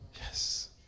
Yes